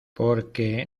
porque